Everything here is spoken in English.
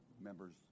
members